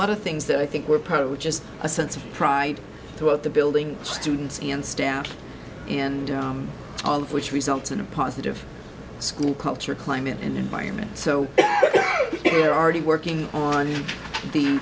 lot of things that i think were probably just a sense of pride throughout the building students and staff and all of which results in a positive school culture climate and environment so if you're already working on the